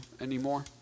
anymore